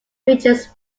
features